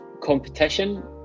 competition